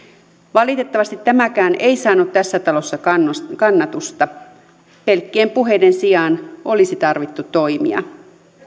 valitettavasti tämäkään ei saanut tässä talossa kannatusta pelkkien puheiden sijaan olisi tarvittu toimia